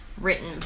written